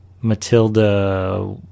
Matilda